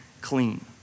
clean